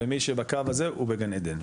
ומי שבקו הזה הוא בגן עדן,